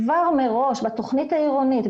כבר מראש בתוכנית העירונית,